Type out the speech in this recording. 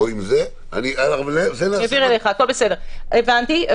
אני אעביר אליך, הבנתי.